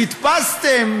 הדפסתם,